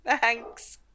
thanks